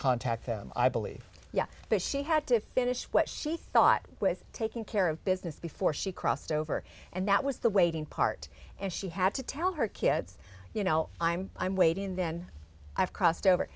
contact them i believe yeah but she had to finish what she thought with taking care of business before she crossed over and that was the waiting part and she had to tell her kids you know i'm i'm waiting then i've crossed over